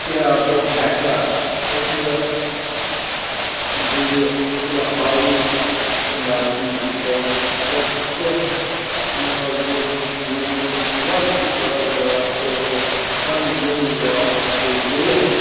کیٛاہ بہٕ ہیٚکاہ سِٹرس ذریعہِ عِلاقٲیی دِہٲتی بیٚنٛکس پٮ۪ٹھ سٕمال بِزنیٚس لون لۄکٹہِ کاروبارٕ خٲطرٕ پَنُن لون واپس پے کٔرِتھ